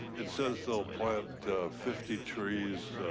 it says they'll plant fifty trees.